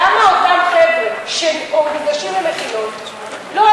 למה אותם חבר'ה שניגשים למכינות לא,